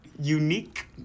Unique